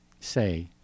say